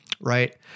right